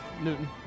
Newton